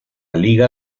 liga